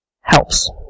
helps